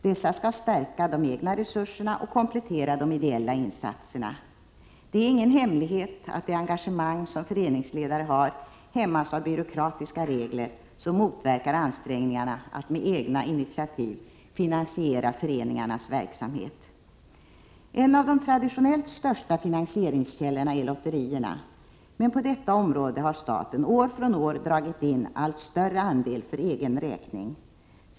Dessa skall stärka de egna resurserna och komplettera de ideella insatserna. Det är ingen hemlighet att det engagemang som föreningsledare har hämmas av byråkratiska regler, som motverkar ansträngningarna att med egna initiativ finansiera föreningarnas verksamhet. En av de traditionellt största finansieringskällorna är lotterierna, men på det området har staten år från år dragit in allt större andel för egen räkning.